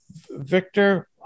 Victor